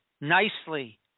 nicely